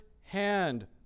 hand